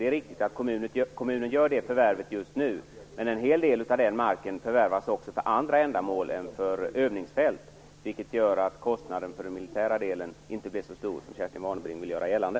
Det är riktigt att kommunen gör det förvärvet just nu, men en hel del av den marken förvärvas för andra ändamål än för övningsfält, vilket gör att kostnaden för den militära delen inte blir så stor som Kerstin Warnerbring vill göra gällande.